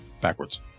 backwards